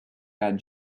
that